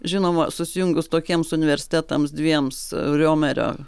žinoma susijungus tokiems universitetams dviems riomerio